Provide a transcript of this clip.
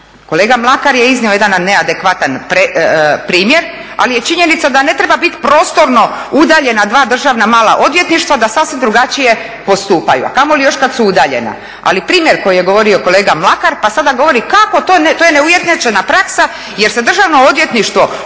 Kolega Mlakar je iznio jedan neadekvatan primjer, ali je činjenica da ne treba biti prostorno udaljena dva državna mala odvjetništva, da sasvim drugačije postupaju, a kamoli još kad su udaljena. Ali primjer koji je govorio kolega Mlakar pa sada govori kako to, to je unejednačena praksa jer se državno odvjetništvo